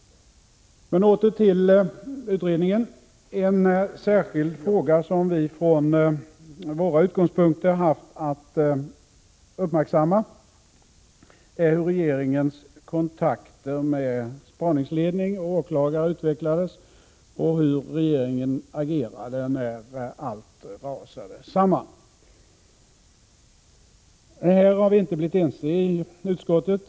Men åter till utredningen. En särskild fråga som vi från våra utgångspunkter haft att uppmärksamma är hur regeringens kontakter med spaningsledning och åklagare utvecklades och hur regeringen agerade när allt rasade samman. Här har vi inte blivit ense i utskottet.